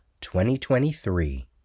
2023